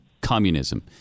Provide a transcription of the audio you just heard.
communism